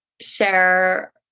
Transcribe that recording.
share